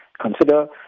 consider